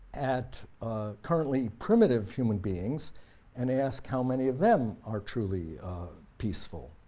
at currently primitive human beings and ask how many of them are truly peaceful.